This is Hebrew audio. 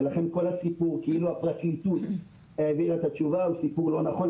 ולכן כל הסיפור כאילו הפרקליטות העבירה את התשובה הוא סיפור לא נכון,